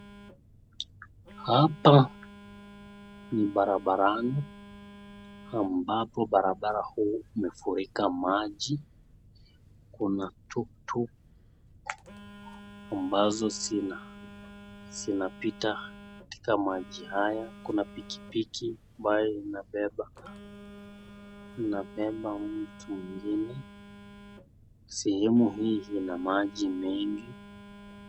Hapa ni barabarani ambapo barabara huu umefurika maji, kuna tuktuk ambazo zinapita katika maji haya na pikipiki ambayo ina beba mtu mwingine sehemu hii ina maji mengi.